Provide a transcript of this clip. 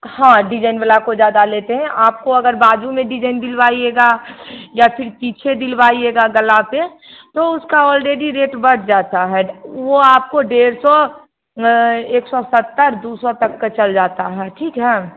हाँ डिजाइन वाला को ज्यादा लेते हैं आपको अगर बाजू में डिजाइन दिलवाइएगा या फिर पीछे दिलवाएगा गला पर तो उसका ऑलरेडी रेट बढ़ जाता है वो आपको डेढ़ सौ एक सौ सत्तर दो सौ तक का चला जाता है ठीक है